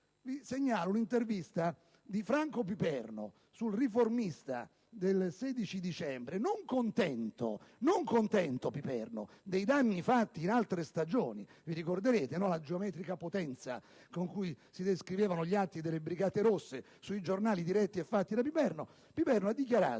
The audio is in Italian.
Segnalo l'intervista a Franco Piperno su «il Riformista» del 16 dicembre. Piperno, non contento dei danni fatti in altre stagioni - ricorderete la geometrica potenza con cui si descrivevano gli atti delle Brigate Rosse sui giornali diretti da Piperno - ha dichiarato: